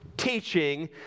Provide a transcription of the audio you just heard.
Teaching